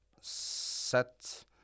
set